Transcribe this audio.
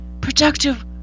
productive